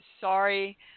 sorry